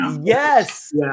Yes